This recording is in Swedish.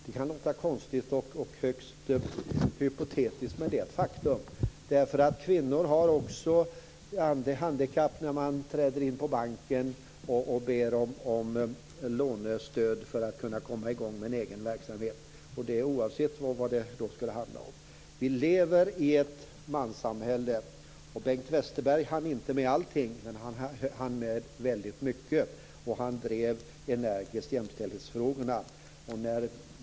Det kan låta konstigt och högst hypotetiskt, men det är ett faktum. Kvinnor har ett handikapp när de träder in på banken och ber om lånestöd för att kunna komma i gång med en egen verksamhet, oavsett vad det då skulle handla om. Vi lever i ett manssamhälle. Bengt Westerberg hann inte med allting men väldigt mycket, och han drev jämställdhetsfrågorna energiskt.